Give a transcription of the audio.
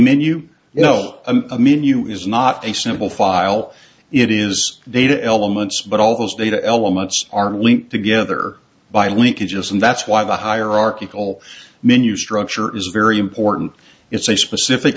menu you know a menu is not a simple file it is data elements but all those data elements are linked together by linkages and that's why the hierarchical menu structure is very important it's a specific